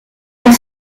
sont